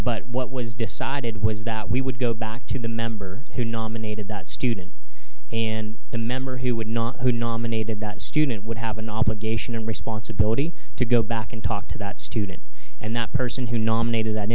but what was decided was that we would go back to the member who nominated that student and the member who would not who nominated that student would have an obligation and responsibility to go back and talk to that student and that person who nominated that